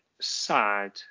sad